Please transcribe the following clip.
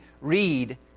read